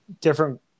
different